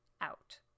out